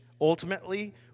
Ultimately